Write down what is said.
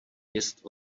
měst